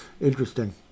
Interesting